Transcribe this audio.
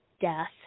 death